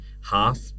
half